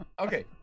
Okay